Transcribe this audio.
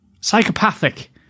Psychopathic